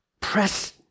press